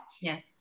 yes